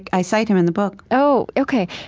i cite him in the book oh, ok.